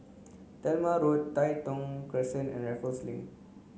Talma Road Tai Thong Crescent and Raffles Link